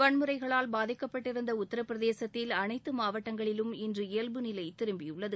வன்முறைகளால் பாதிக்கப்பட்டிருந்த உத்திரப்பிரதேசத்தில் அனைத்து மாவட்டங்களிலும் இன்று இயல்புநிலை திரும்பியுள்ளது